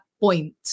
point